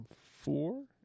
four